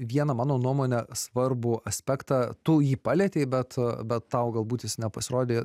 vieną mano nuomone svarbų aspektą tu jį palietei bet bet tau galbūt jis nepasirodė